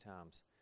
times